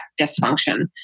dysfunction